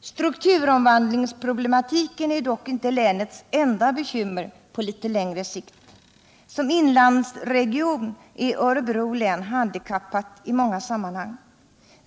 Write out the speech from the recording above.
Strukturomvandlingsproblematiken är dock inte länets enda bekymmer på litet längre sikt. Som inlandsregion är Örebro län handikappat i många sammanhang.